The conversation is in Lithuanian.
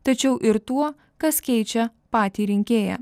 tačiau ir tuo kas keičia patį rinkėją